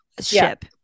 ship